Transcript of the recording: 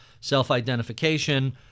self-identification